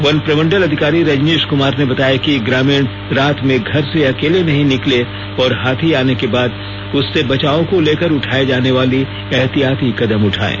one प्रमंडल अधिकारी रजनीश कुमार ने बताया कि ग्रामीण रात में घर से अकेले नहीं निकले और हाथी आने के बाद उससे बचाव को लेकर उठाये जाने वाली एहतियाती कदम उठाये